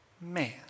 man